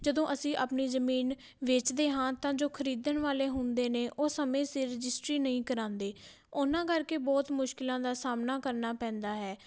ਜਦੋਂ ਅਸੀਂ ਆਪਣੀ ਜ਼ਮੀਨ ਵੇਚਦੇ ਹਾਂ ਤਾਂ ਜੋ ਖਰੀਦਣ ਵਾਲੇ ਹੁੰਦੇ ਨੇ ਉਹ ਸਮੇਂ ਸਿਰ ਰਜਿਸਟਰੀ ਨਹੀਂ ਕਰਾਉਂਦੇ ਉਹਨਾਂ ਕਰਕੇ ਬਹੁਤ ਮੁਸ਼ਕਲਾਂ ਦਾ ਸਾਹਮਣਾ ਕਰਨਾ ਪੈਂਦਾ ਹੈ